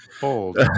bold